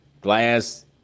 glass